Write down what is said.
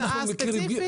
--- הצעה ספציפית.